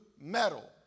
metal